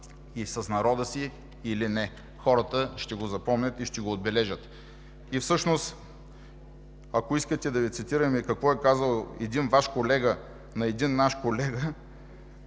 и народа си или не. Хората ще го запомнят и ще го отбележат. Всъщност, ако искате да Ви цитирам какво е казал един Ваш колега на един наш колега